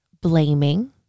blaming